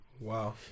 Wow